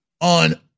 on